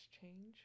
change